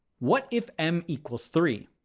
what if m equals three?